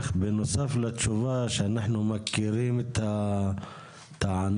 אם לחוק הזה קוראים תכנית לעמידות בפני רעידות אדמה ורעידות האדמה